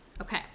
Okay